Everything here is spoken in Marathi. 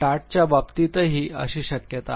टाटच्या बाबतीतही अशी शक्यता आहे